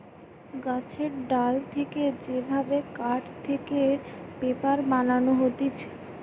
গাছের ডাল থেকে যে ভাবে কাঠ থেকে পেপার বানানো হতিছে